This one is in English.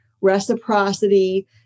reciprocity